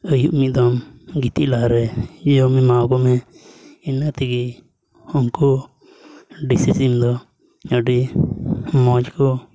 ᱟᱹᱭᱩᱵ ᱧᱤᱫᱟᱹᱢ ᱜᱤᱛᱤᱡ ᱞᱟᱦᱟ ᱨᱮ ᱡᱚᱢ ᱮᱢᱟᱣᱟᱠᱚ ᱢᱮ ᱤᱱᱟᱹ ᱛᱮᱜᱮ ᱩᱱᱠᱩ ᱫᱮᱥᱤ ᱥᱤᱢ ᱫᱚ ᱟᱹᱰᱤ ᱢᱚᱡᱽ ᱠᱚ